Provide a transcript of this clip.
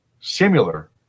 similar